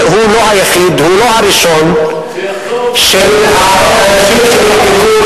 הוא לא היחיד והוא לא הראשון מאנשים שנאבקו,